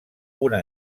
una